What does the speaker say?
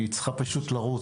היא פשוט צריכה לצאת,